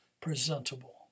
presentable